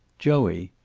joey,